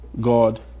God